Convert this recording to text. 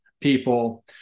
people